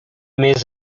més